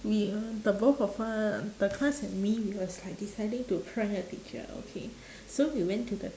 we uh the both of uh the class and me we was like deciding to prank a teacher okay so we went to the